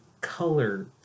color